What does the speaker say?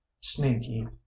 sneaky